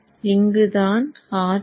இங்குதான் ஆற்றல்